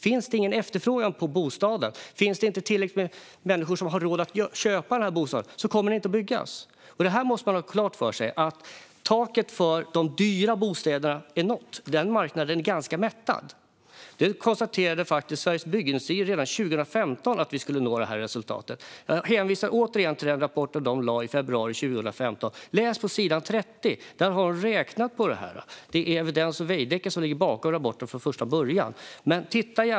Finns det ingen efterfrågan på bostäderna och tillräckligt med människor som har råd att köpa dem kommer de inte att byggas. Man måste ha klart för sig att taket för de dyra bostäderna är nått. Denna marknad är ganska mättad. Sveriges Byggindustrier konstaterade redan 2015 att vi skulle få detta resultat. Låt mig åter hänvisa till den rapport som lades fram då. På s. 30 har de räknat på detta. Det är Evidens och Veidekke som ligger bakom rapporten.